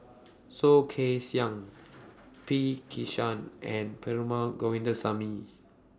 Soh Kay Siang P Krishnan and Perumal Govindaswamy